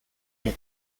your